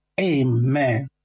Amen